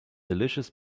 delicious